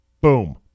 Boom